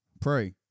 Pray